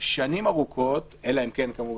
במשך שנים ארוכות אלא אם כן כמובן